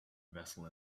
vessel